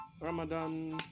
Ramadan